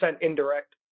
indirect